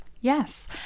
Yes